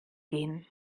gehen